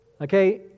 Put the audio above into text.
Okay